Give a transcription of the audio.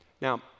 now